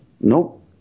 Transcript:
Nope